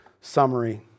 summary